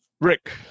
Rick